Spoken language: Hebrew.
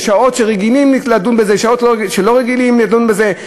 בשעות שרגילים לדון בזה ובשעות שלא רגילים לדון בזה,